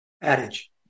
adage